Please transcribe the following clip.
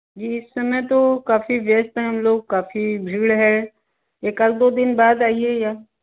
जी इस समय तो काफ़ी व्यस्त हैं हम लोग काफ़ी भीड़ है एक आध दो दिन बाद आईए या